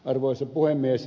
arvoisa puhemies